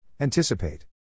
Anticipate